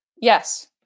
Yes